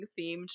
themed